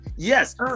Yes